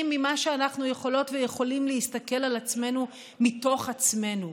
ממה שאנחנו יכולות ויכולים להסתכל על עצמנו מתוך עצמנו.